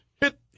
hit